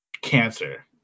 Cancer